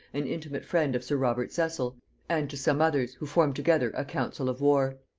an intimate friend of sir robert cecil and to some others, who formed together a council of war.